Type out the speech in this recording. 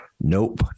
Nope